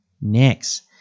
Next